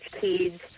kids